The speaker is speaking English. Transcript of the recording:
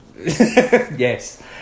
Yes